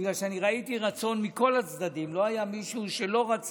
מכיוון שראיתי רצון מצד שני הצדדים.